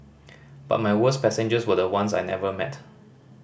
but my worst passengers were the ones I never met